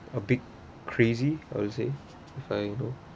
a bit crazy how to say if I you know